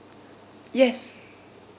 yes